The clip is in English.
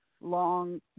long